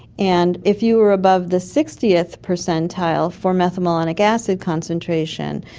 and if you were above the sixtieth percentile for methylmalonic acid concentration,